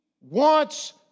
wants